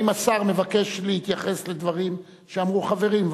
האם השר מבקש להתייחס לדברים שאמרו חברים?